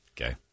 Okay